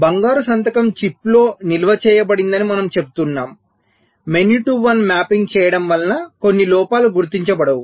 బంగారు సంతకం చిప్లో నిల్వ చేయబడిందని మనం చెబుతున్నాం మెనీ టు వన్ మ్యాపింగ్ చేయడం వల్ల కొన్ని లోపాలు గుర్తించబడవు